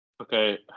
Okay